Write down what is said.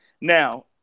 Now